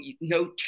no